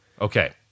Okay